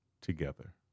together